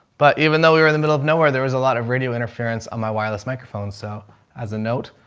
but even though we were in the middle of nowhere, there was a lot of radio interference on my wireless microphone. so as a note,